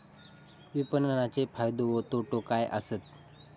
विपणाचो फायदो व तोटो काय आसत?